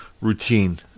routine